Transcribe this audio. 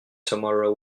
tomorrow